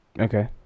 Okay